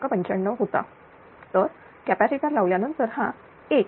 95 होता आणि कॅपॅसिटर लावल्यानंतर हा 1